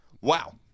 Wow